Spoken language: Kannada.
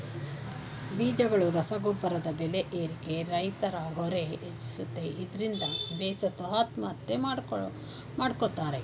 ಬೀಜಗಳು ರಸಗೊಬ್ರದ್ ಬೆಲೆ ಏರಿಕೆ ರೈತ್ರ ಹೊರೆ ಹೆಚ್ಚಿಸುತ್ತೆ ಇದ್ರಿಂದ ಬೇಸತ್ತು ಆತ್ಮಹತ್ಯೆ ಮಾಡ್ಕೋತಾರೆ